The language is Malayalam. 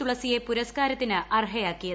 തുളസിയെ പുരസ്കാ രത്തിന് അർഹയാക്കിയത്